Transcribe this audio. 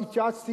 התייעצתי,